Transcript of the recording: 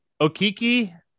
Okiki